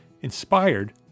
inspired